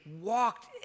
walked